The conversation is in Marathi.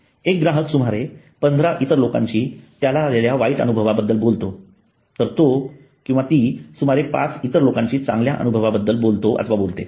एक ग्राहक सुमारे 15 इतर लोकांशी त्याला आलेल्या वाईट अनुभवाबद्दल बोलतो तर तोती सुमारे 5 इतर लोकांशी चांगल्या अनुभवाबद्दल बोलतोबोलते